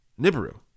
Nibiru